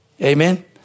Amen